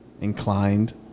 Inclined